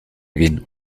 egin